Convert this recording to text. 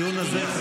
הדיון הזה,